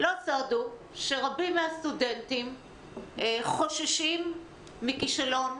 לא סוד הוא שרבים מהסטודנטים חוששים מכישלון,